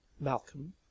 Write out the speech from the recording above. Malcolm